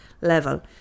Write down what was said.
level